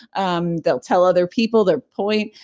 um they'll tell other people, they'll point.